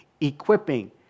equipping